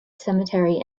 cemetery